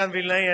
מתן וילנאי,